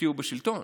שתהיו בשלטון?